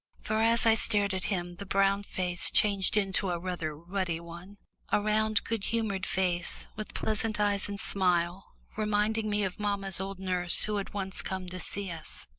for as i stared at him the brown face changed into a rather ruddy one a round good-humoured face, with pleasant eyes and smile, reminding me of mamma's old nurse who had once come to see us.